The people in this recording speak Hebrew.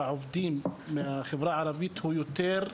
אני חושב שמספר הנערים שעובדים בחברה הערבית הוא גבוה מהנתון